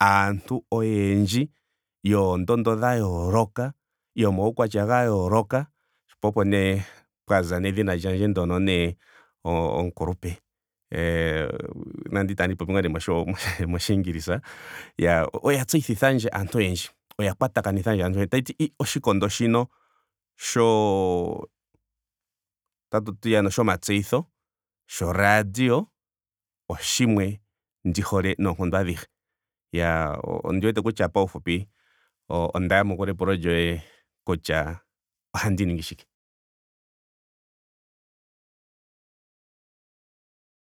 aantu oyendji. yoondondo dha yooloka. yomaukwatya ga yooloka. po opo nee pwa za nedhina lyandje ndono nee omukulupe nande itandi li popi nee moshingilisa. Iyaa oya tseyitithandje aantu oyendji. oya kwatakanithandje aantu oyendje. Tashiti oshikondo shika shoo otatuti iyaano shomatseyitho. sho radio, oshimwe ndi hole noonkondo adhihe. Ooo paufupi ondi wete kutya onda yamukula epulo lyoye kutya ohandi ningi shike.